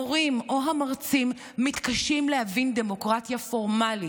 המורים או המרצים מתקשים להבין דמוקרטיה פורמלית.